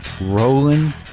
rolling